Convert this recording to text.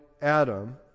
Adam